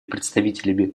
представителями